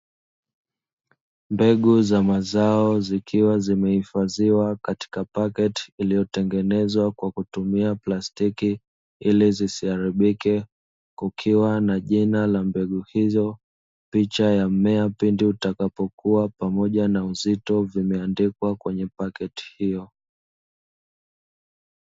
Mbegu za mazao zikiwa zimehifadhiwa katika paketi iliyotengenezwa kwa kutumia plastiki ili zisiharibike, kukiwa na jina la mbegu hizo, picha ya mmea pindi utakapo kua pamoja na uzito; vimeandikwa kwenye paketi hiyo.